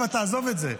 אבא, תעזוב את זה.